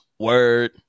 Word